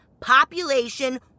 population